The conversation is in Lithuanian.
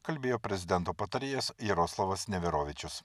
kalbėjo prezidento patarėjas jaroslavas neverovičius